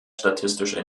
statistische